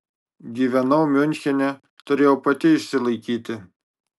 gyvenau miunchene turėjau pati išsilaikyti